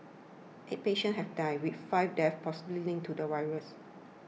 eight patients have died with five deaths possibly linked to the virus